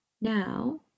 Now